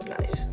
Nice